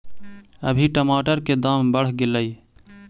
अभी टमाटर के दाम बढ़ गेलइ